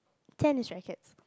tennis rackets